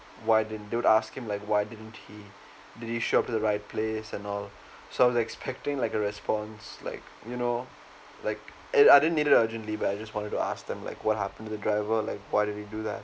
why didn't you ask him like why didn't he did did he show up at the right place and all so I was expecting like a response like you know like I didn't need it urgently but I just wanted to ask them like what happen to the driver like why did he do that